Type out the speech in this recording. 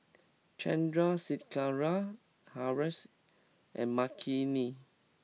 Chandrasekaran Haresh and Makineni